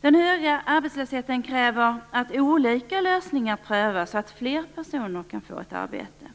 Den höga arbetslösheten kräver att olika lösningar prövas, så att fler personer kan få ett arbete.